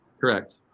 Correct